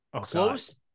Close